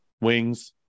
wings